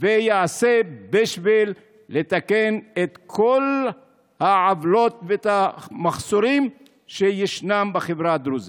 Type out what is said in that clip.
ויעשה בשביל לתקן את כל העוולות והמחסורים שישנם בחברה הדרוזית.